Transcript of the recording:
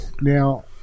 Now